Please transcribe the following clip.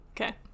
Okay